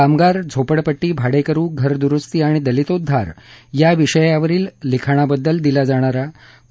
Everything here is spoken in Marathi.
कामगार झोपडपट्टी भाडेकरू घरदुरुस्ती व दलितोद्धार या विषयांवरील लिखाणाबद्दल दिला जाणारा कॉ